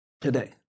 today